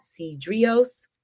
cdrios